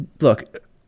look